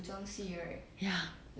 ya